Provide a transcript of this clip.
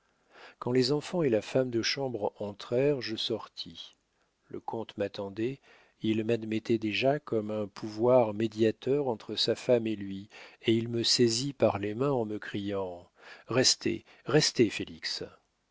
quand les enfants et la femme de chambre entrèrent je sortis le comte m'attendait il m'admettait déjà comme un pouvoir médiateur entre sa femme et lui et il me saisit par les mains en me criant restez restez félix